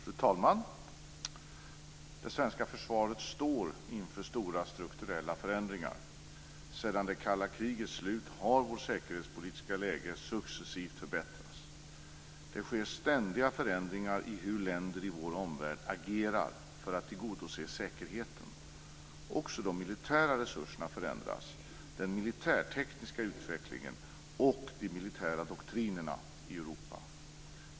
Fru talman! Det svenska försvaret står inför stora strukturella förändringar. Sedan det kalla krigets slut har vårt säkerhetspolitiska läge successivt förbättrats. Det sker ständigt förändringar i hur länder i vår omvärld agerar för att tillgodose säkerheten. Också de militära resurserna förändras, liksom den militärtekniska utvecklingen och de militära doktrinerna i Europa.